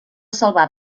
salvar